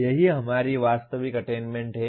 यही हमारी वास्तविक अटेन्मेन्ट है